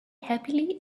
happily